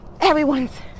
everyone's